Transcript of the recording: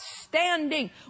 standing